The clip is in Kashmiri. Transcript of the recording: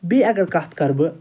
بیٚیہِ اَگر کَتھ کَرٕ بہٕ